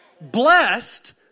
blessed